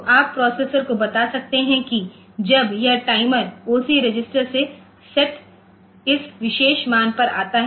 तो आप प्रोसेसर को बता सकते हैं कि जब यह टाइमर OC रजिस्टर में सेट इस विशेष मान पर आता है